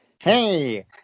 hey